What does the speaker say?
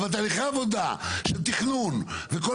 אבל בתהליכי העבודה של תכנון ובכל